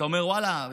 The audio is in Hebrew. אתה אומר: ואללה,